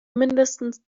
mindestens